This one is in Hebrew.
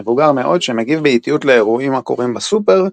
מבוגר מאוד שמגיב באיטיות לאירועים הקורים בסופר,